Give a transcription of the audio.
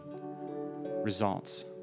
results